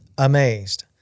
Amazed